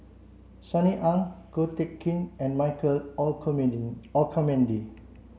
Sunny Ang Ko Teck Kin and Michael Olcomendy